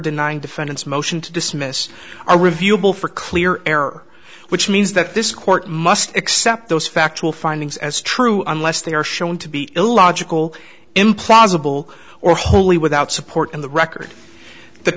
denying defendants motion to dismiss or reviewable for clear error which means that this court must accept those factual findings as true unless they are shown to be illogical implausible or wholly without support in the record the